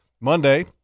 Monday